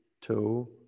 two